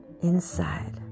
inside